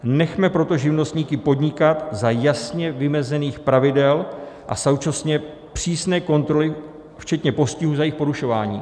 Nechme proto živnostníky podnikat za jasně vymezených pravidel a současně přísné kontroly, včetně postihů za jejich porušování.